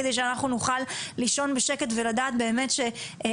כדי שאנחנו נוכל לישון בשקט ולדעת שבמדינת